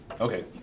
Okay